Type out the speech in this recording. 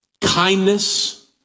kindness